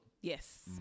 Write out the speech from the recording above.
Yes